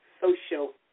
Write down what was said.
social